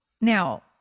now